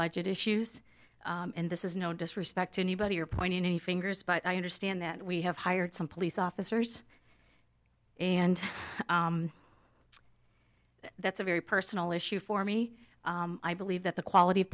budget issues and this is no disrespect to anybody or point any fingers but i understand that we have hired some police officers and that's a very personal issue for me i believe that the quality of